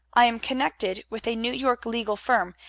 i am connected with a new york legal firm,